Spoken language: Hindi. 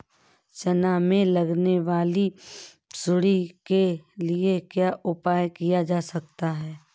चना में लगने वाली सुंडी के लिए क्या उपाय किया जा सकता है?